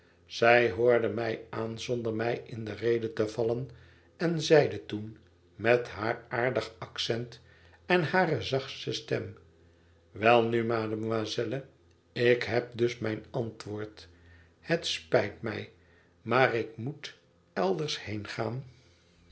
zij hoorde mij aan zonder mij in de rede te vallen en zeide toen met haar aardig accent en hare zachtste stem welnu mademoiselle ik heb dus mijn antwoord het spijt mij maar ik moet elders